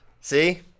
See